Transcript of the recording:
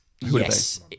yes